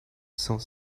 cent